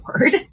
word